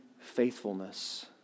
faithfulness